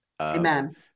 Amen